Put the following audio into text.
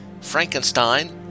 Frankenstein